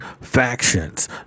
factions